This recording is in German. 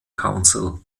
council